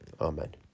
amen